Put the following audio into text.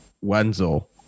Wenzel